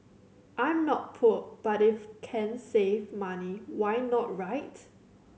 I'm not poor but if can save money why not right